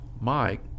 Mike